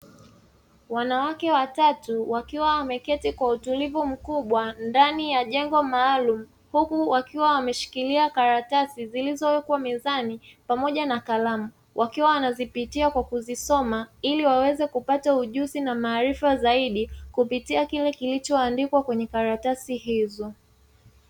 Wanawake watatu wakiwa wameketi kwa utulivu mkubwa ndani ya jengo maalumu, huku wakiwa wameshikilia karatasi zilizowekwa mezani pamoja na kalamu wakiwa wanazipitia kwa kuzisoma, ili waweze kupata ujuzi na maarifa zaidi kupitia kile kilichoandikwa kwenye karatasi hizo.